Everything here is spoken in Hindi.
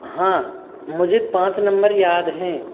हाँ मुझे पाँच नम्बर याद हैं